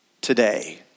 today